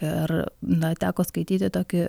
ir na teko skaityti tokį